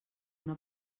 una